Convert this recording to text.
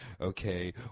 Okay